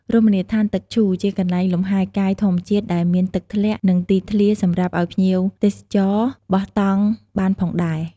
រមណីយដ្ឋានទឹកឈូ ជាកន្លែងលំហែកាយធម្មជាតិដែលមានទឹកធ្លាក់ និងទីធ្លាសម្រាប់អោយភ្ញៀវទេចរបោះតង់បានផងដែរ។